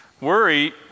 Worry